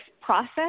process